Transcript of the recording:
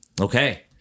okay